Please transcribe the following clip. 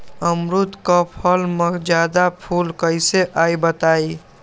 अमरुद क फल म जादा फूल कईसे आई बताई?